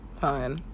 Fine